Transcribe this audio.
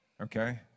Okay